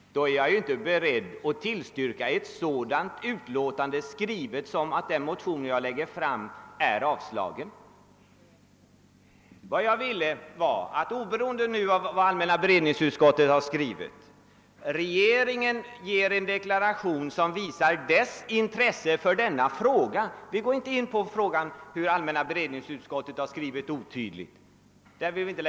Då är jag inte beredd att ansluta mig till ett sådant utlåtande som skrivits så att det föranlett tolkningen att den motion jag lagt fram vore avstyrkt. Vad jag ville var att, oberoende av vad allmänna beredningsutskottet har skrivit, regeringen. ger en deklaration som visar dess intresse för denna fråga. Jag: går inte in .på frågan om huruvida allmänna beredningsutskottet skrivit otydligt. eller. inte.